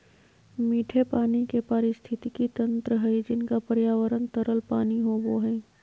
मीठे पानी के पारिस्थितिकी तंत्र हइ जिनका पर्यावरण तरल पानी होबो हइ